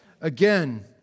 again